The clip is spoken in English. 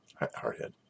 hardhead